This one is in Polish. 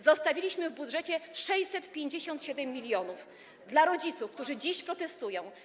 Zostawiliśmy w budżecie 657 mln zł dla rodziców, którzy dziś protestują.